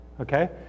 okay